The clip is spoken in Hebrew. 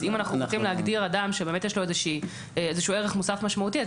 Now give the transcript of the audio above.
אז אם אנחנו הולכים להגדיר אדם שבאמת יש לו איזשהו ערך מוסף משמעותי,